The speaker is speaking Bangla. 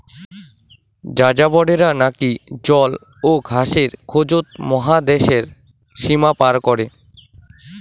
যাযাবরেরা নাকি জল ও ঘাসের খোঁজত মহাদ্যাশের সীমা পার করে